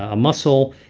ah muscle.